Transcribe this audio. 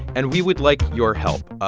and we would like your help.